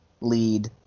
lead